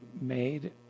made